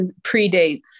predates